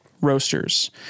Roasters